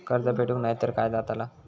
कर्ज फेडूक नाय तर काय जाताला?